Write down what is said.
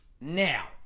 Now